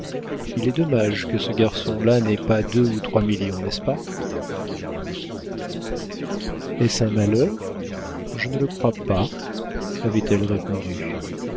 il est dommage que ce garçon-là n'ait pas deux ou trois millions n'est-ce pas est-ce un malheur je ne le crois pas avait-elle répondu